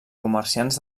comerciants